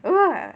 !wah!